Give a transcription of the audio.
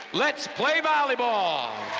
let's play volleyball!